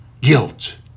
Guilt